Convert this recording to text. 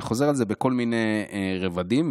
זה חוזר בכל מיני רבדים,